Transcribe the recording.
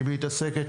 היא מתעסקת